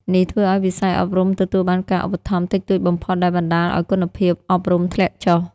នេះធ្វើឱ្យវិស័យអប់រំទទួលបានការឧបត្ថម្ភតិចតួចបំផុត ដែលបណ្តាលឱ្យគុណភាពអប់រំធ្លាក់ចុះ។